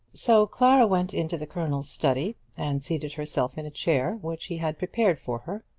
so clara went into the colonel's study, and seated herself in a chair which he had prepared for her.